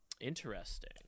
interesting